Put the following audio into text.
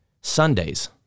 Sundays